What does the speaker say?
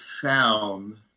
found